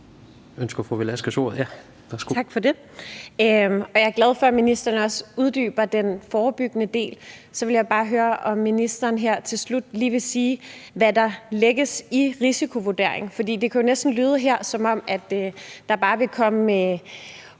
Victoria Velasquez (EL): Tak for det. Jeg er glad for, at ministeren også uddyber den forebyggende del. Så vil jeg bare høre, om ministeren her til slut lige vil sige, hvad der lægges i »risikovurdering«, fordi det kan jo her næsten lyde, som om der bare vil komme